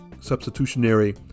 substitutionary